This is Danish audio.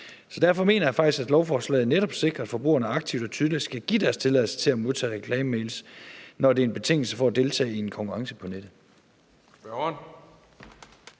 derfor mener jeg faktisk, at lovforslaget netop sikrer, at forbrugerne aktivt og tydeligt skal give deres tilladelse til at modtage reklamemails, når det er en betingelse for at deltage i en konkurrence på nettet.